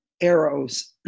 Arrows